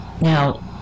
now